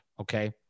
Okay